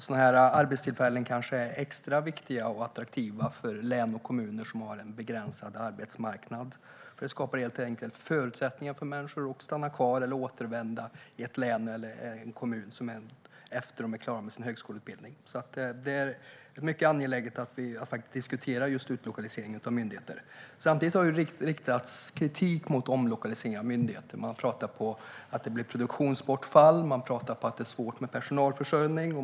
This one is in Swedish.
Sådana arbetstillfällen kanske är extra viktiga och attraktiva för län och kommuner som har en begränsad arbetsmarknad. Det skapar helt enkelt förutsättningar för människor att stanna kvar i eller återvända till ett län eller en kommun efter att de är klara med sin högskoleutbildning. Det är alltså mycket angeläget att vi diskuterar just utlokalisering av myndigheter. Samtidigt har det riktats kritik mot omlokaliseringen av myndigheter. Man pratar om att det blir produktionsbortfall och svårt med personalförsörjning.